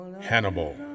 Hannibal